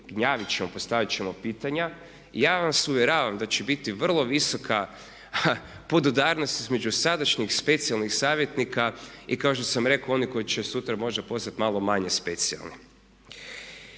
gnjavit ćemo, postaviti ćemo pitanja. Ja vas uvjeravam da će biti vrlo visoka podudarnost između sadašnjeg specijalnih savjetnika i kao što sam rekao onih koji će sutra možda postati malo manje specijalni.